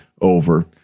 over